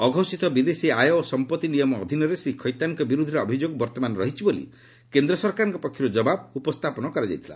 ଅଘୋଷିତ ବିଦେଶୀ ଆୟ ଓ ସମ୍ପତ୍ତି ନିୟମ ଅଧୀନରେ ଶ୍ରୀ ଖୈତାନଙ୍କ ବିରୁଦ୍ଧରେ ଅଭିଯୋଗ ବର୍ତ୍ତମାନ ରହିଛି ବୋଲି କେନ୍ଦ୍ର ସରକାରଙ୍କ ପକ୍ଷରୁ ଜବାବ ଉପସ୍ଥାପନ କରାଯାଇଥିଲା